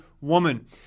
woman